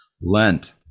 lent